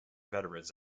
veterans